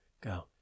go